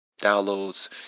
Downloads